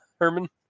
Herman